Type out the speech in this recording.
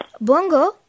Bongo